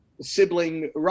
Sibling